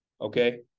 Okay